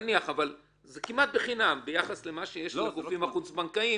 אבל זה כמעט בחינם ביחס למה שיש לגופים החוץ-בנקאיים,